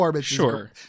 sure